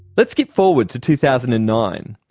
let's skip forward to two thousand and nine.